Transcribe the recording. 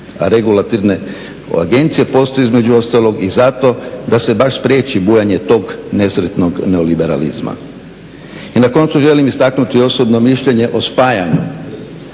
a regulatorne agencije postoje između ostalog i zato da se baš spriječi bujanje tog nesretnog neoliberalizma. I na koncu želim istaknuti osobno mišljenje o spajanju